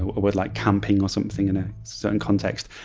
a word like camping or something in a certain context.